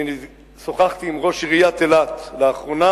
שוחחתי עם ראש עיריית אילת לאחרונה,